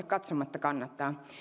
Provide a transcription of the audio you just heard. katsomatta kannattaa